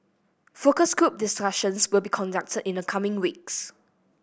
focus group discussions will be conducted in the coming weeks